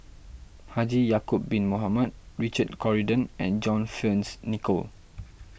Haji Ya'Acob Bin Mohamed Richard Corridon and John Fearns Nicoll